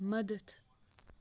مدتھ